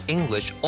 English